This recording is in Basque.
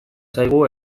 zaigu